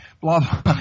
blah